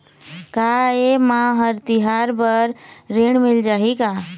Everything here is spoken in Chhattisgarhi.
का ये मा हर तिहार बर ऋण मिल जाही का?